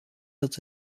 dat